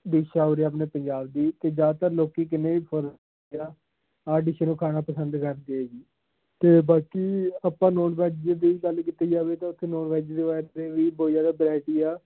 dish ਆ ਉਰੇ ਆਪਣੇ ਪੰਜਾਬ ਦੀ ਅਤੇ ਜ਼ਿਆਦਾਤਰ ਲੋਕ ਕਿੰਨੇ ਵੀ ਜਾਂ ਆਹ ਡਿਸ਼ ਨੂੰ ਖਾਣਾ ਪਸੰਦ ਕਰਦੇ ਹਾਂ ਜੀ ਅਤੇ ਬਾਕੀ ਆਪਾਂ ਨੋਨ ਵੈੱਜ ਦੀ ਗੱਲ ਕੀਤੀ ਜਾਵੇ ਤਾਂ ਉੱਥੇ ਨੋਨ ਵੈੱਜ ਵਾਸਤੇ ਵੀ ਬਹੁਤ ਜ਼ਿਆਦਾ ਵਰਾਇਟੀ ਆ